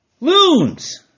loons